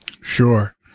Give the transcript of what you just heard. Sure